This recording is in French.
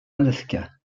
alaska